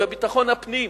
בביטחון הפנים.